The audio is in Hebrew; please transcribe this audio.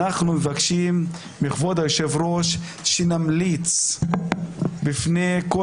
אנחנו מבקשים מכבוד יושב-הראש שנמליץ בפני כל